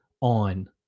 on